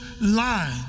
line